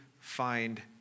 find